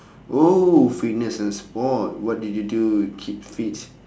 oh fitness and sport what do you do keep fits